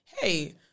hey